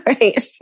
Right